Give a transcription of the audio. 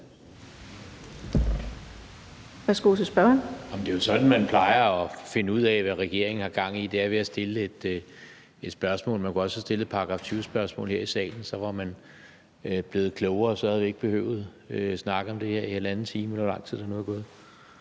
Kl. 15:24 Jan E. Jørgensen (V): Det er jo sådan, man plejer at finde ud af, hvad regeringen har gang i; det er ved at stille et spørgsmål. Man kunne også have stillet et § 20-spørgsmål her i salen. Så var man blevet klogere, og så havde vi ikke behøvet at snakke om det her i halvanden time, eller hvor lang tid der nu er gået.